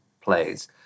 plays